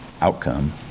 outcome